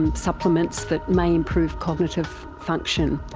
and supplements that may improve cognitive function,